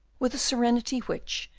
with a serenity which,